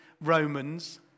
Romans